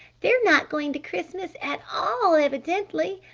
they're not going to christmas at all. evidently!